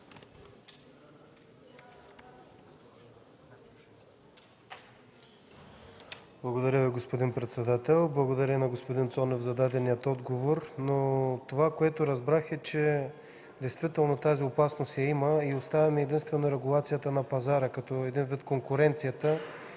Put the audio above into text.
Благодаря Ви, господин председател. Благодаря и на господин Цонев за дадения отговор. Това, което разбрах, е, че тази опасност я има и оставаме единствено регулацията на пазара. Един вид конкуренцията